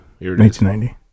1990